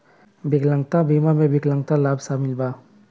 विकलांगता बीमा में विकलांगता लाभ शामिल बा